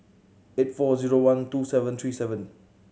eight four zero one two seven three seven